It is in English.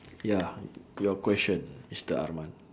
ya your question mister arman